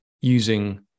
using